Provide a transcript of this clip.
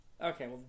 Okay